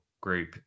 group